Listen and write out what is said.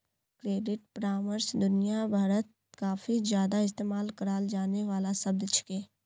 credit परामर्श दुनिया भरत काफी ज्यादा इस्तेमाल कराल जाने वाला शब्द छिके